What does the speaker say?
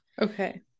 Okay